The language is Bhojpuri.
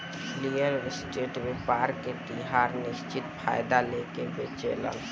रियल स्टेट व्यापार में लागल लोग फ्लाइट के तइयार करके एगो निश्चित फायदा लेके बेचेलेन